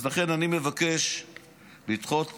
לכן אני מבקש לדחות